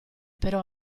però